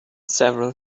several